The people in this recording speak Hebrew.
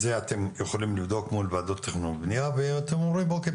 את זה אתם יכולים לבדוק אל מול ועדות תכנון ובנייה ואתם אומרים אוקיי,